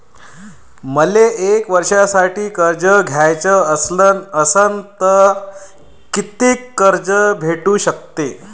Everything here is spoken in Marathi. मले एक वर्षासाठी कर्ज घ्याचं असनं त कितीक कर्ज भेटू शकते?